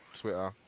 Twitter